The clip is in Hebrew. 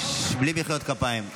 בלי מחיאות כפיים,